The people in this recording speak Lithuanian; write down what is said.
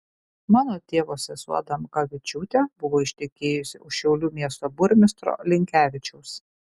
mano tėvo sesuo adamkavičiūtė buvo ištekėjusi už šiaulių miesto burmistro linkevičiaus